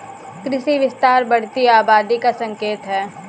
कृषि विस्तार बढ़ती आबादी का संकेत हैं